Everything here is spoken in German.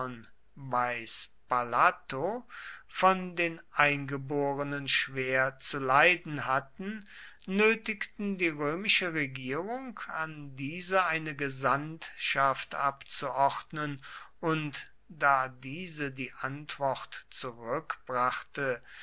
von den eingeborenen schwer zu leiden hatten nötigten die römische regierung an diese eine gesandtschaft abzuordnen und da diese die antwort